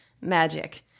magic